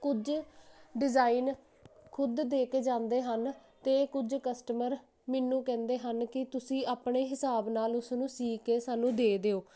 ਕੁਝ ਡਿਜ਼ਾਇਨ ਖੁਦ ਦੇ ਕੇ ਜਾਂਦੇ ਹਨ ਤੇ ਕੁਝ ਕਸਟਮਰ ਮੈਨੂੰ ਕਹਿੰਦੇ ਹਨ ਕਿ ਤੁਸੀਂ ਆਪਣੇ ਹਿਸਾਬ ਨਾਲ ਉਸ ਨੂੰ ਸੀਕੇ ਸਾਨੂੰ ਦੇ ਦਿਓ